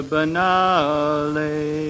Banale